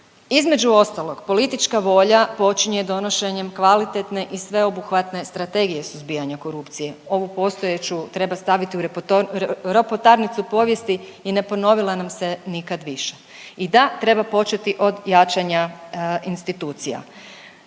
Između ostalog politička volja počinje donošenjem kvalitetne i sveobuhvatne Strategije suzbijanja korupcije. Ovu postojeću treba staviti u ropotarnicu povijesti i ne ponovila nam se nikad više. I da, treba početi od jačanja institucija.